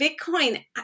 Bitcoin